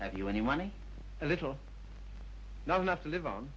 have you any money and little not enough to live on